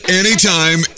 anytime